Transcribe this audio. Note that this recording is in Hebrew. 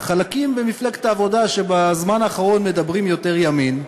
לחלקים במפלגת העבודה שבזמן האחרון מדברים יותר ימין: